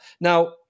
Now